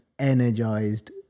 energized